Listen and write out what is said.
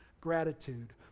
gratitude